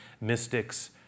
mystics